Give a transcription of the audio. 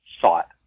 sought